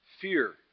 fear